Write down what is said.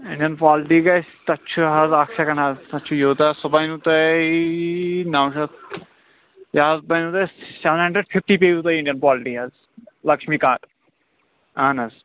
Indian polity گژھِ تَتھ چھِ حظ اکھ سکینٛڈ حظ تتھ چھُ یوٗتاہ سُہ بنہِ تۄہہِ نو شتھ یہِ حظ بنہِ تۄہہِ سیوَن ہنڈرڈ فِفٹی پیٚوٕ تۅہہِ انڈین پالٹی حظ لکشمی کانت اَہن حظ